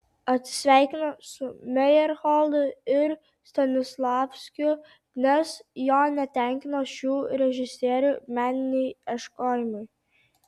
atsisveikino su mejerholdu ir stanislavskiu nes jo netenkino šių režisierių meniniai ieškojimai